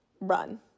run